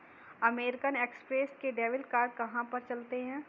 American Express के debit card कहाँ पर चलते हैं?